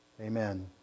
Amen